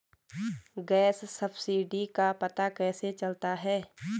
Gas subsidy का पता कैसे चलता है?